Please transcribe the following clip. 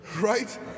right